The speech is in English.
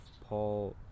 Paul